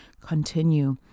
Continue